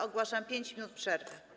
Ogłaszam 5 minut przerwy.